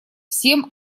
всем